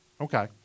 okay